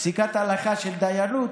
פסיקת הלכה של דיינות,